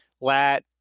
lat